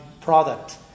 product